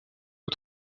aux